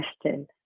question